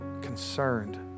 concerned